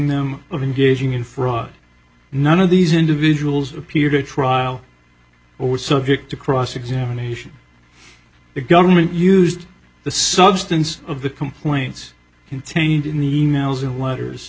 them of engaging in fraud none of these individuals appear to trial or was subject to cross examination the government used the substance of the complaints contained in the e mails and letters